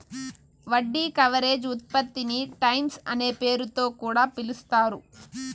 వడ్డీ కవరేజ్ ఉత్పత్తిని టైమ్స్ అనే పేరుతొ కూడా పిలుస్తారు